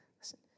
listen